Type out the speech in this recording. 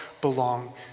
belong